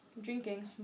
drinking